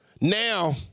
now